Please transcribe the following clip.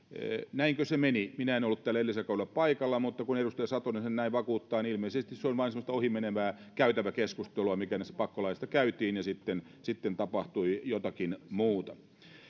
näinkö se meni minä en ollut täällä edellisellä kaudella paikalla mutta kun edustaja satonen näin vakuuttaa niin ilmeisesti se oli vain semmoista ohimenevää käytäväkeskustelua mikä näistä pakkolaeista käytiin ja sitten tapahtui jotakin muuta